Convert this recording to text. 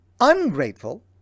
ungrateful